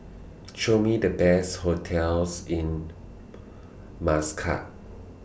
Show Me The Best hotels in Muscat